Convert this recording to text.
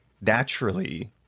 Naturally